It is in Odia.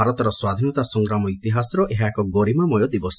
ଭାରତର ସ୍ୱାଧୀନତା ସଂଗ୍ରମା ଇତିହାସର ଏହା ଏକ ଗରିମାମୟ ଦିବସ